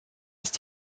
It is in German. ist